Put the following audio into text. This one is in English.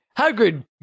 Hagrid